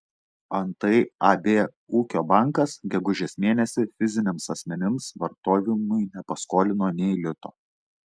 antai ab ūkio bankas gegužės mėnesį fiziniams asmenims vartojimui nepaskolino nė lito